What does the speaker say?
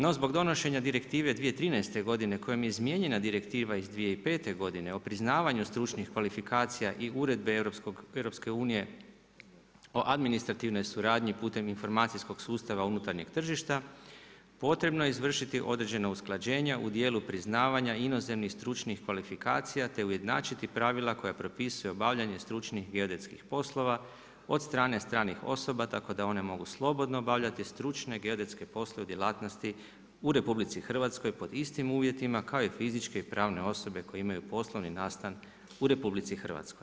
No zbog donošenja Direktive 2013. godine, kojom je izmijenjena Direktiva iz 2005. godine o priznavanju stručnih kvalifikacija i Uredbe EU o administrativnoj suradnji putem informacijskog sustava unutarnjeg tržišta, potrebno je izvršiti određena usklađenja u dijelu priznavanja inozemnih stručnih kvalifikacija, te ujednačiti pravila koja propisuje obavljanje stručnih geodetskih poslova od strane stranih osoba, tako da one mogu slobodno obavljati stručne geodetske poslove u djelatnosti u RH, pod istim uvjetima kao i fizički i pravne osobe koje imaju poslovni nastran u RH.